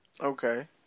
Okay